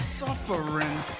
suffering